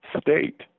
state